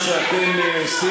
מגנים את המצור.